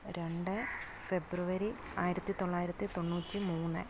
രണ്ട് ഫെബ്രുവരി ആയിരത്തി തൊള്ളായിരത്തി തൊണ്ണൂറ്റി മൂന്ന്